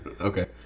Okay